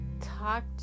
talk